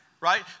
right